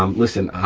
um listen,